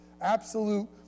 absolute